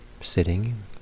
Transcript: sitting